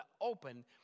open